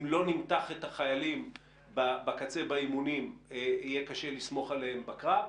אם לא נמתח את החיילים בקצה באימונים יהיה קשה לסמוך עליהם בקרב,